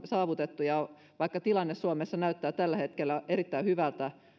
saavutettu ja vaikka tilanne suomessa näyttää tällä hetkellä erittäin hyvältä